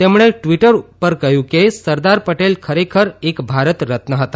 તેમણે ટ્વિટર પર કહ્યું કે સરદાર પટેલ ખરેખર એક ભારત રત્ન હતા